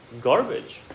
garbage